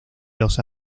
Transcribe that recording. los